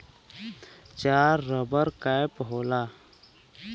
चार rubber cap होला